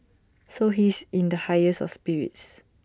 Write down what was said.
so he's in the highest of spirits